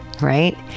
right